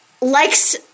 likes